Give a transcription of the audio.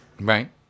Right